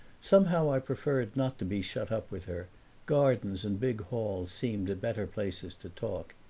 somehow i preferred not to be shut up with her gardens and big halls seemed better places to talk.